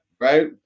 right